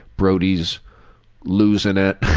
brody's losing it.